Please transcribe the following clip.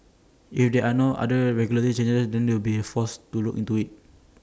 if there are no other regulatory changes then we'll be forced to look into IT